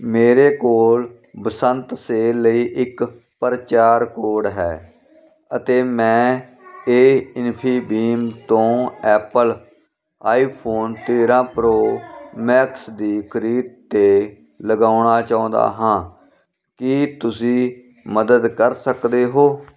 ਮੇਰੇ ਕੋਲ ਬਸੰਤ ਸੇਲ ਲਈ ਇੱਕ ਪਰਚਾਰ ਕੋਡ ਹੈ ਅਤੇ ਮੈਂ ਇਹ ਇਨਫੀਬੀਮ ਤੋਂ ਐਪਲ ਆਈਫੋਨ ਤੇਰਾਂ ਪ੍ਰੋ ਮੈਕਸ ਦੀ ਖਰੀਦ 'ਤੇ ਲਗਾਉਣਾ ਚਾਹੁੰਦਾ ਹਾਂ ਕੀ ਤੁਸੀਂ ਮਦਦ ਕਰ ਸਕਦੇ ਹੋ